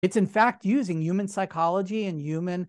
זה בעצם משתמש בפסיכולוגיה האנושית וב- אנושית